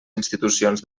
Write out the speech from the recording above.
institucions